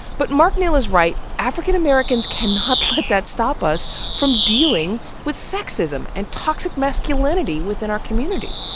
but mark neal is right. african americans cannot let that stop us from dealing with sexism and toxic masculinity within our community.